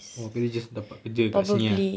oh abeh dia just dapat kerja kat sini ah